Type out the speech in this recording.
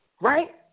Right